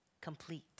complete